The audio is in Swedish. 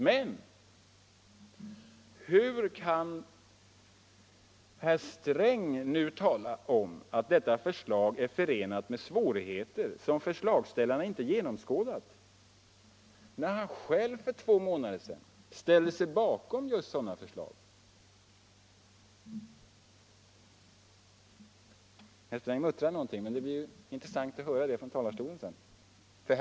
Men hur kan herr Sträng nu tala om att detta förslag är förenat med svårigheter, som förslagsställarna inte genomskådat, när han själv för två månader sedan ställde sig bakom just ett sådant förslag? Herr Sträng muttrar någonting i bänken, och det skall bli intressant att få höra det från talarstolen sedan.